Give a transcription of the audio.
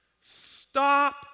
Stop